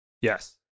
Yes